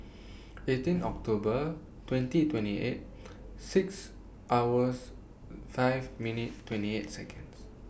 eighteen October twenty twenty eight six hours five minute twenty eight Seconds